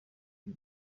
ibi